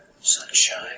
sunshine